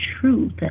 truth